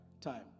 time